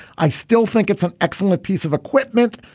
i still think it's an excellent piece of equipment.